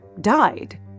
died